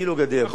כאילו גדר,